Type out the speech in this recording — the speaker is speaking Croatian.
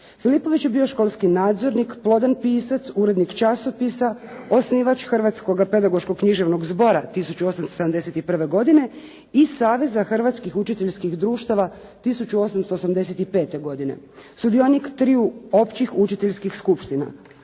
Filipović je bio školski nadzornik, plodan pisac, urednik časopisa, osnivač Hrvatskoga pedagoškog književnog zbora 1871. godine i Saveza hrvatskih učiteljskih društava 1885. godine, sudionik triju općih učiteljskih skupština.